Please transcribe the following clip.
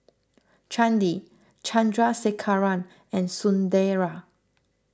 Chandi Chandrasekaran and Sunderlal